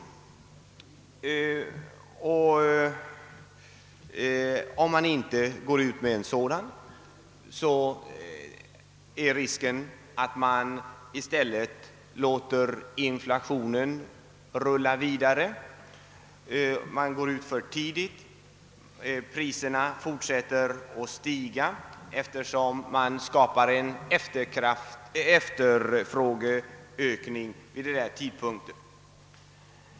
Men om man inte tar till en hårdare skattepolitik är risken att man låter inflationen rulla vidare; priserna fortsätter att stiga eftersom man skapar en efterfrågeökning på ett för tidigt stadium.